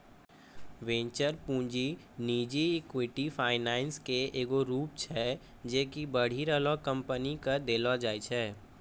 venture पूंजी निजी equity financing के एगो रूप छै जे कि बढ़ि रहलो कंपनी के देलो जाय छै